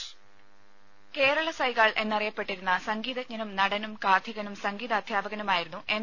രാമ കേരള സൈഗാൾ എന്നറിയപ്പെട്ടിരുന്ന സംഗീതജ്ഞനും നടനും കാഥികനും സംഗീതാധ്യാപകനുമായിരുന്നു എം